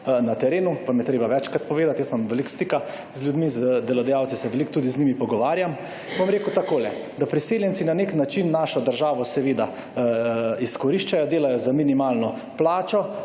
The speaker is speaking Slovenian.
na terenu, vam je treba večkrat povedati. Jaz imam veliko stika z ljudmi, z delodajalci se veliko pogovarjam. Bom rekel takole, da priseljenci na nek način našo državo, seveda, izkoriščajo. Delajo za minimalno plačo,